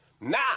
Now